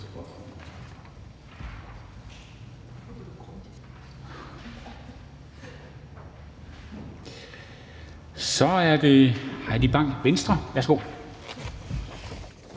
er det Heidi Bank, Venstre. Værsgo.